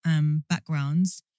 backgrounds